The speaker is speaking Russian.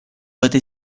этой